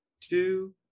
two